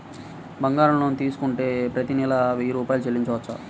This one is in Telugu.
బంగారం లోన్ తీసుకుంటే ప్రతి నెల వెయ్యి రూపాయలు చెల్లించవచ్చా?